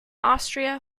austria